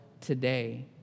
today